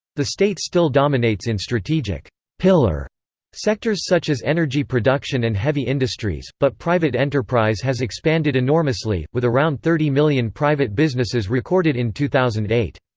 the state still dominates in strategic pillar sectors such as energy production and heavy industries, but private enterprise has expanded enormously, with around thirty million private businesses recorded in two thousand and eight.